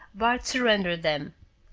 bart surrendered them.